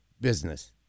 business